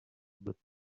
with